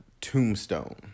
Tombstone